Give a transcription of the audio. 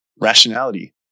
rationality